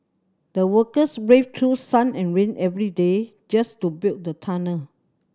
the workers braved through sun and rain every day just to build the tunnel